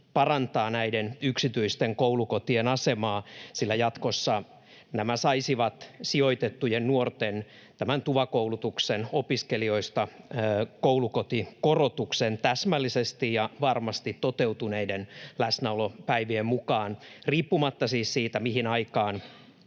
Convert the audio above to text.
parantaa näiden yksityisten koulukotien asemaa, sillä jatkossa nämä saisivat sijoitettujen nuorten TUVA-koulutuksen opinnoista koulukotikorotuksen täsmällisesti ja varmasti toteutuneiden läsnäolopäivien mukaan, riippumatta siis siitä, mihin aikaan